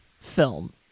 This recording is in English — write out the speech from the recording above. film